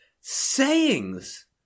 sayings